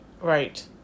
right